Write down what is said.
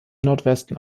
nordwesten